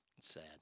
Sad